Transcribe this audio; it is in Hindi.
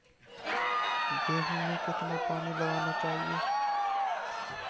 गेहूँ में कितना पानी लगाना चाहिए?